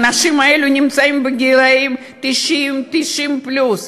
האנשים האלה הם בגיל 90, 90 פלוס.